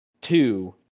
two